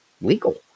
legal